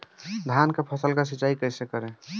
धान के फसल का सिंचाई कैसे करे?